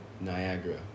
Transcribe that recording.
Niagara